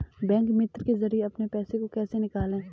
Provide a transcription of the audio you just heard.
Bank मित्र के जरिए अपने पैसे को कैसे निकालें?